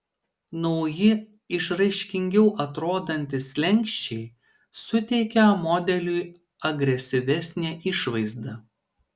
nauji išraiškingiau atrodantys slenksčiai suteikia modeliui agresyvesnę išvaizdą